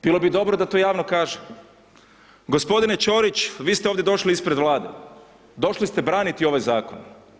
Bilo bi dobro da to javno kaže. g. Ćorić vi ste ovdje došli ispred Vlade, došli ste braniti ovaj zakon.